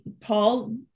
Paul